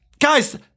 guys